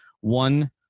One